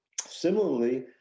Similarly